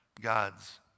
God's